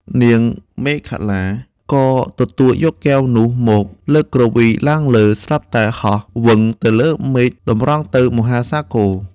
នាងមេខលាក៏ទទួលយកកែវនោះមក លើកគ្រវីឡើងលើ ស្រាប់តែហោះវឹងទៅលើមេឃតម្រង់ទៅមហាសាគរ។